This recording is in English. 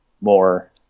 more